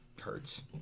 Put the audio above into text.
hurts